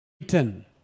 written